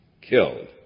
killed